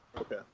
Okay